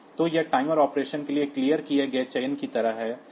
तो यह timer operation के लिए क्लीयर किए गए चयन की तरह है